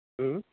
ہوں